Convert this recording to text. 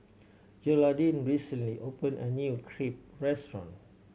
Gearldine recently opened a new Crepe restaurant